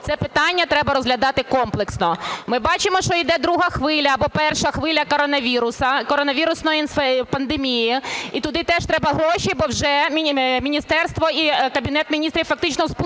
це питання треба розглядати комплексно. Ми бачимо, що йде друга хвиля або перша хвиля коронавірусу, коронавірусної пандемії, і туди теж треба гроші, бо вже міністерство і Кабінет Міністрів фактично спустили